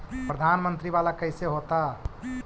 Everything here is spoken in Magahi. प्रधानमंत्री मंत्री वाला कैसे होता?